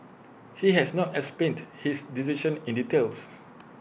he has not explained his decision in details